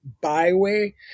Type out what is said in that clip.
byway